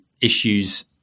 issues